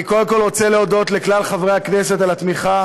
אני קודם כול רוצה להודות לכלל חברי הכנסת על התמיכה